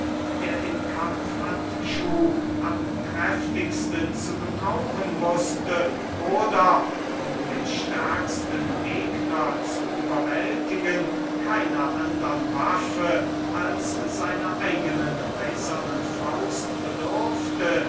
der den kampfhandschuh am kräftigsten zu gebrauchen wußte oder um den stärksten gegner zu überwältigen keiner andern waffe als seiner eigenen eisernen faust bedurfte